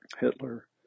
Hitler